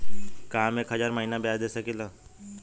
का हम एक हज़ार महीना ब्याज दे सकील?